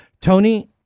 Tony